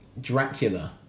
Dracula